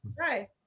Right